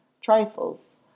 trifles